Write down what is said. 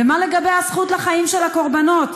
ומה לגבי הזכות לחיים של הקורבנות?